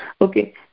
Okay